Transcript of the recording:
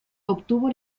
obtuvo